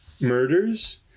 murders